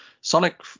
sonic